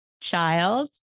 child